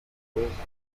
urubyiruko